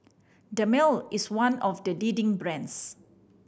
Dermale is one of the leading brands